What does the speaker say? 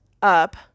up